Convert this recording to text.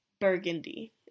burgundy